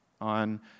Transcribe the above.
on